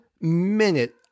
minute